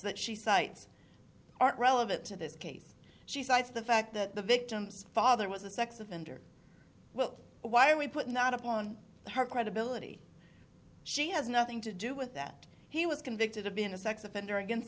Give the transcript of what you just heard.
that she cites aren't relevant to this case she cites the fact that the victim's father was a sex offender well why don't we put not upon her credibility she has nothing to do with that he was convicted of being a sex offender against